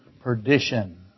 perdition